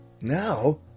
Now